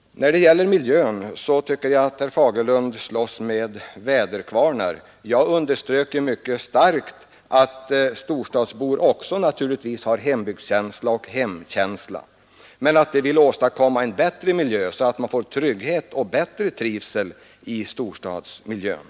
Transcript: När det gäller miljön tycker jag att herr Fagerlund slåss mot väderkvarnar. Jag underströk mycket starkt att storstadsbor naturligtvis också har en hembygdskänsla. Men vi vill åstadkomma en bättre miljö som skapar trygghet och bättre trivsel och därigenom förstärker hembygdskänslan.